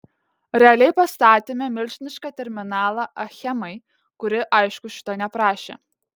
realiai pastatėme milžinišką terminalą achemai kuri aišku šito neprašė